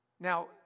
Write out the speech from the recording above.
Now